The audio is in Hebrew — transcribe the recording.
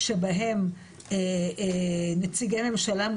שבהם נציגי ממשלה,